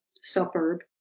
suburb